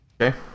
Okay